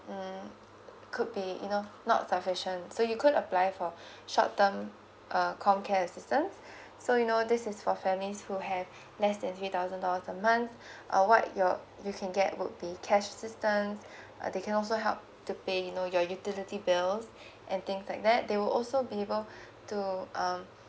mm could be you know not sufficient so you could apply for short term err com care assistance so you know this is for families who have less than three thousand dollars a month uh what your you can get would be cash assistance they can also help to pay you know your utility bills and things like that they will also be able to um